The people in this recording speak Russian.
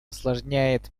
осложняет